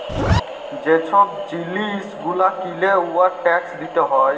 যে ছব জিলিস গুলা কিলে উয়ার ট্যাকস দিতে হ্যয়